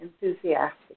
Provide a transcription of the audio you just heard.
enthusiastic